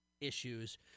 issues